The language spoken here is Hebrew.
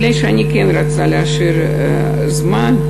מכיוון שאני רוצה להשאיר זמן,